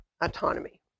autonomy